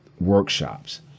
workshops